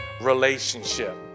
relationship